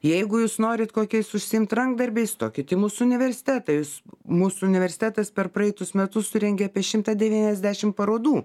jeigu jūs norit kokiais užsiimt rankdarbiais stokit į mūsų universitetą jūs mūsų universitetas per praeitus metus surengė apie šimtą devyniasdešim parodų